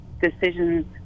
decisions